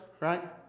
right